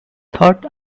thought